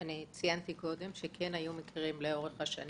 ציינתי קודם שהיו מקרים לאורך השנים.